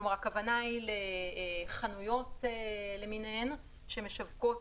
הכוונה היא לחנויות למיניהן שמשווקות